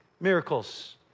miracles